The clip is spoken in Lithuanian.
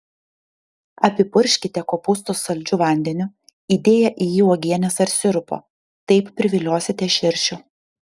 apipurkškite kopūstus saldžiu vandeniu įdėję į jį uogienės ar sirupo taip priviliosite širšių